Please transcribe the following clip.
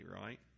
right